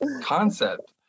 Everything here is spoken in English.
concept